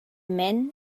men